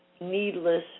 needless